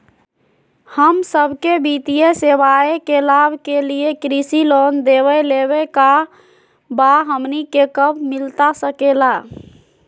हम सबके वित्तीय सेवाएं के लाभ के लिए कृषि लोन देवे लेवे का बा, हमनी के कब मिलता सके ला?